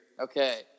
Okay